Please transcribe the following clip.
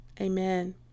Amen